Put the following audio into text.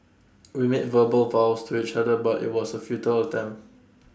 we made verbal vows to each other but IT was A futile attempt